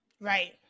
Right